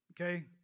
Okay